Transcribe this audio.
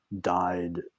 died